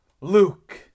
Luke